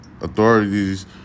Authorities